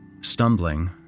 Stumbling